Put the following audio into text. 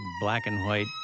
black-and-white